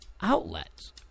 Outlets